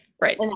right